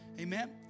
Amen